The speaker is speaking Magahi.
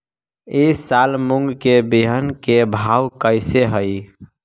ई साल मूंग के बिहन के भाव कैसे हई?